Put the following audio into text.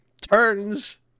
turns